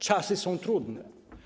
Czasy są trudne.